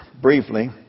briefly